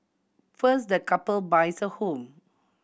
first the couple buys a home